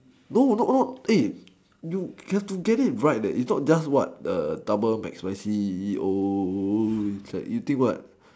no no no eh you have to get it right that it not just what err double McSpicy oh is like you think what